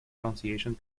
pronunciation